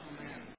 Amen